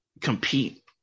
compete